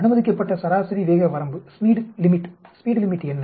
அனுமதிக்கப்ப சராசரி வேக வரம்பு என்ன